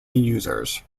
users